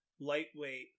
lightweight